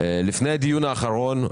לפני הדיון האחרון,